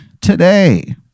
today